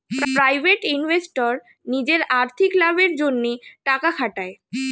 private investor নিজের আর্থিক লাভের জন্যে টাকা খাটায়